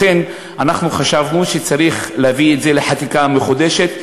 לכן חשבנו שצריך להביא את זה לחקיקה מחודשת,